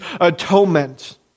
atonement